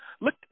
look